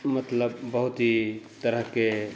मतलब बहुत ही तरहके